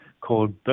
called